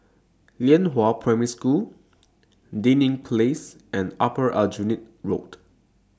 Lianhua Primary School Dinding Place and Upper Aljunied Road